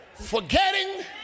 Forgetting